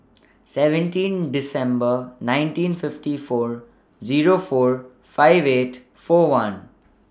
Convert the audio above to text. seventeen December nineteen fifty four Zero four five eight four one